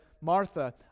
Martha